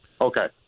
Okay